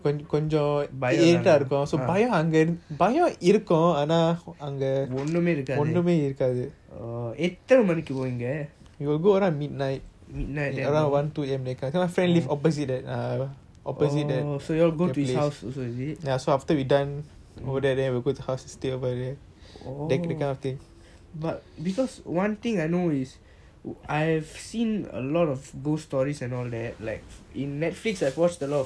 பாயலாம் இருக்காதா ஒன்னுமே இருக்காது:bayalam irukatha onumey irukathu but because one thing I know is I have seen a lot of ghost stories and all that like in netflix I've watched a lot of